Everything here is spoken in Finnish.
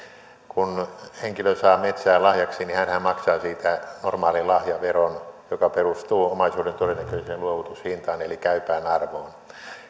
kun henkilö saa metsää lahjaksi niin hänhän maksaa siitä normaalin lahjaveron joka perustuu omaisuuden todennäköiseen luovutushintaan eli käypään arvoon